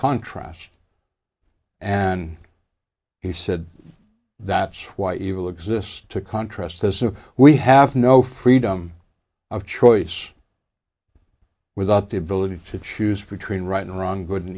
contrast and he said that's why evil exists to contrast as we have no freedom of choice without the ability to choose between right and wrong good and